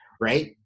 Right